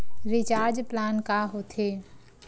Recharge plan का होथे?